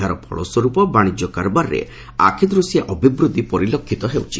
ଏହାର ଫଳସ୍ୱର୍ପ ବାଶିଜ୍ୟ କାରବାରରେ ଆଖିଦୂଶିଆ ଅଭିବୃଦ୍ଧି ପରିଲକ୍ଷିତ ହେଉଛି